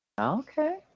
Okay